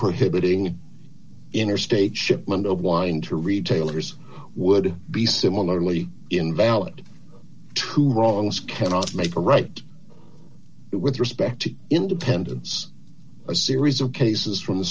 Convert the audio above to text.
prohibiting interstate shipment of wine to retailers would be similarly invalid two wrongs cannot make a right with respect to independence a series of cases from the